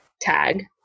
tag